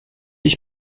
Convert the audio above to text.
ich